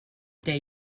they